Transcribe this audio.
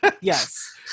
yes